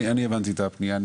אני הבנתי את הפנייה,